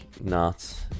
nuts